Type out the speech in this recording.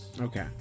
Okay